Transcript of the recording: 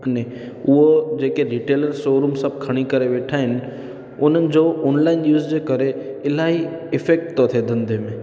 अने उहो जेके रिटेलर शो रूम सभु खणी करे वेठां आहिनि उन्हनि जो ऑनलाइन यूज़ जे करे इलाही इफ़ेक्ट थो थिए धंधे में